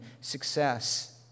success